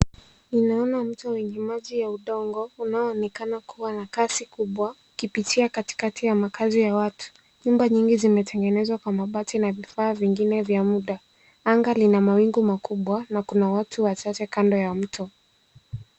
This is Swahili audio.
Ninaona mcha wenye maji ya udongo unaonekana kuwa na kasi kubwa ukipitia katikati ya makazi ya watu .Nyumba nyingi zimejengwa kwa mabati na vifaa vingine vya muda. Anga lina mawingu makubwa na kuna watu wachache kando ya mto.